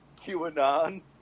QAnon